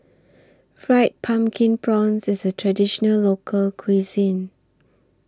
Fried Pumpkin Prawns IS A Traditional Local Cuisine